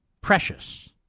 precious